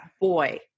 boy